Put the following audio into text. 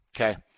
Okay